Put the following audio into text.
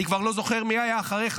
אני כבר לא זוכר מי היה לפניך.